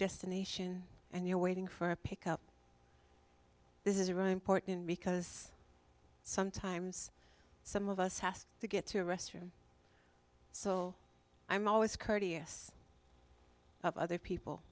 destination and you're waiting for a pick up this is a really important because sometimes some of us has to get to a restroom so i'm always courteous of other people